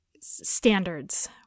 standards